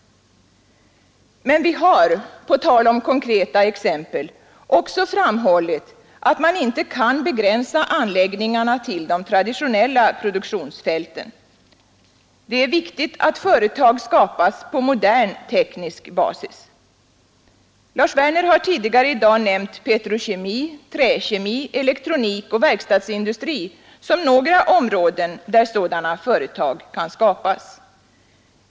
Men vi har, på tal om konkreta exempel, också framhållit att man inte kan begränsa anläggningarna till de traditionella produktionsfälten. Det är viktigt att företag skapas på modern teknisk basis. Lars Werner har tidigare i dag nämnt petrokemi, träkemi, elektronik och verkstadsindustri såsom några områden där sådana företag kan skapas.